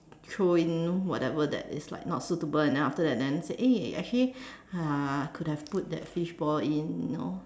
throw in whatever that is like not suitable and then after that then say eh actually uh could have put that fishball in you know